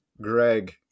Greg